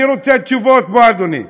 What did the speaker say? אני רוצה תשובות, בוא, אדוני.